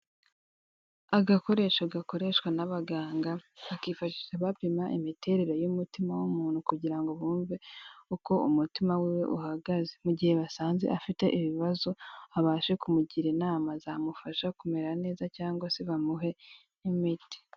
Agakoresho gakoreshwa n'abaganga, bakifashisha bapima imiterere y'umutima w'umuntu kugira ngo bumve uko umutima we uhagaze. Mu gihe basanze afite ibibazo, babashe kumugira inama zamufasha kumera neza cyangwa se bamuhe n'imiti.